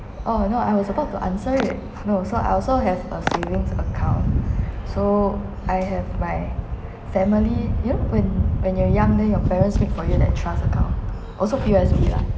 oh no I was supposed to answer it know so I also have a savings account so I have my family you know when when you're young then your parents get for you that trust account also P_O_S_B lah